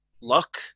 luck